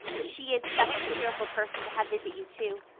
she is such a cheerful person to have visit you, too.